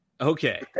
Okay